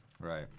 Right